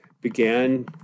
began